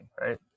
right